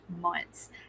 months